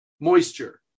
moisture